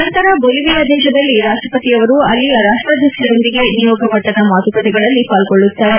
ನಂತರ ಬೊಲವಿಯಾ ದೇಶದಲ್ಲಿ ರಾಷ್ಲಪತಿಯವರು ಅಲ್ಲಿಯ ರಾಷ್ಲಾಧ್ಯಕ್ಷರೊಂದಿಗೆ ನಿಯೋಗ ಮಟ್ಲದ ಮಾತುಕತೆಗಳಲ್ಲಿ ಪಾಲ್ಗೊಳ್ಳುತ್ತಾರೆ